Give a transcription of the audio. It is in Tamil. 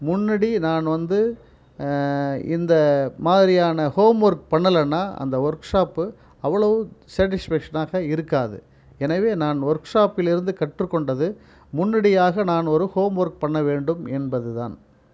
முன்னாடி நான் வந்து இந்த மாதிரியான ஹோம் ஒர்க் பண்ணலனா அந்த ஒர்க் ஷாப்பு அவ்வளவு சாடிஸ்ஃபேக்ஷனாக இருக்காது எனவே நான் ஒர்க் ஷாப்பில் இருந்து கற்றுக்கொண்டது முன்னடியாக நான் ஒரு ஹோம் ஒர்க் பண்ண வேண்டும் என்பது தான்